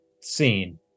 scene